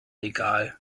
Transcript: egal